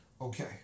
Okay